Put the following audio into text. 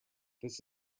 this